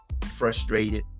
frustrated